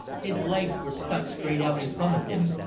his legs were struck straight out in front of him,